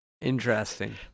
Interesting